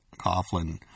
Coughlin